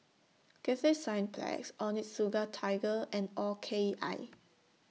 Cathay Cineplex Onitsuka Tiger and O K I